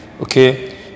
okay